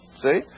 See